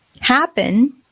happen